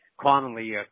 commonly